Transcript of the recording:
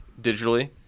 digitally